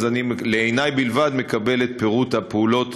אז לעיני בלבד אני מקבל את פירוט הפעולות